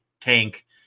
tank